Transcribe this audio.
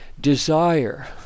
desire